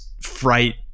fright